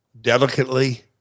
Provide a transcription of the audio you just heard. delicately